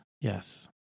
yes